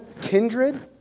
kindred